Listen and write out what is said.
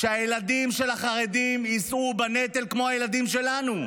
שבו הילדים של החרדים יישאו בנטל כמו הילדים שלנו?